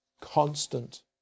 constant